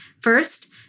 First